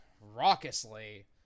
raucously